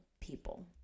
people